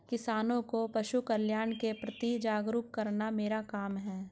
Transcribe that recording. किसानों को पशुकल्याण के प्रति जागरूक करना मेरा काम है